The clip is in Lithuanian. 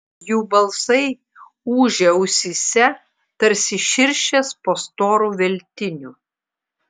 jų balsai ūžė ausyse tarsi širšės po storu veltiniu